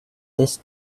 this